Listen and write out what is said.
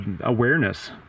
awareness